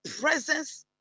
presence